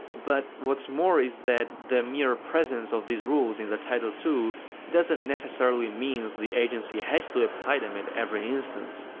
but what's more is that the mere presence of these rules in the title ii doesn't necessarily means the agency has to apply them at every instance.